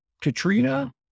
Katrina